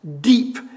deep